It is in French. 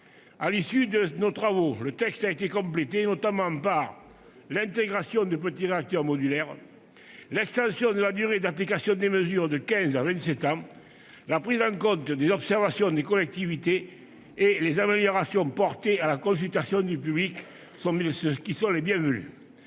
À l'issue de nos travaux, le texte a été complété, notamment par l'intégration de petits réacteurs modulaires, l'extension de la durée d'application des mesures de quinze à vingt-sept ans et la prise en compte des observations des collectivités. Les améliorations portées à la consultation du public sont bienvenues.